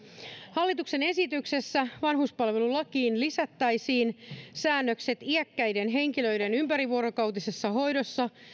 hallituksen esityksessä vanhuspalvelulakiin lisättäisiin säännökset iäkkäiden henkilöiden ympärivuorokautisessa hoidossa